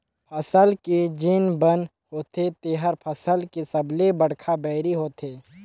फसल के जेन बन होथे तेहर फसल के सबले बड़खा बैरी होथे